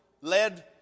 led